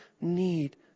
need